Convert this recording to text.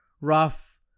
rough